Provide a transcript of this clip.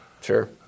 Sure